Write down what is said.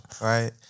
Right